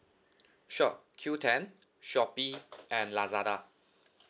shop Q ten shopee and lazada